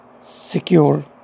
secure